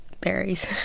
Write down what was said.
berries